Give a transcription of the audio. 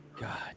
God